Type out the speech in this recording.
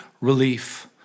relief